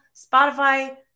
Spotify